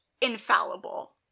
infallible